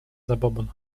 zabobon